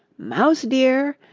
mouse dear!